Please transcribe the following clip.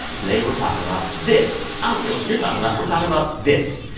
today, we're talking about this. i don't care what you're talking about. we're talking about this.